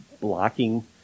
blocking